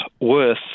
worth